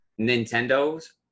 nintendo's